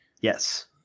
Yes